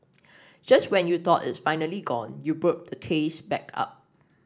just when you thought it's finally gone you burp the taste back up